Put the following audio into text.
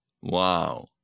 Wow